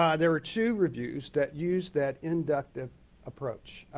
ah there were two reviews that used that inductive approach.